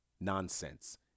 Nonsense